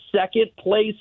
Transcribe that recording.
second-place